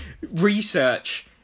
research